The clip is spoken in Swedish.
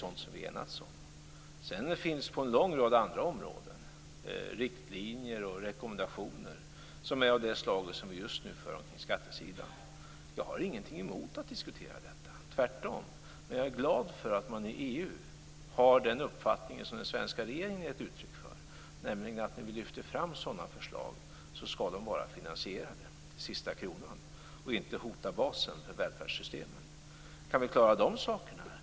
Det finns också på en långa rad andra områden riktlinjer och rekommendationer av det slag som just nu förekommer på skattesidan. Jag har ingenting emot att diskutera detta - tvärtom. Jag är glad för att man i EU har den uppfattning som den svenska regeringen givit uttryck för, nämligen att sådana förslag skall vara finansierade till sista kronan och inte hota basen för välfärdssystemen när vi lyfter fram dem.